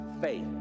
faith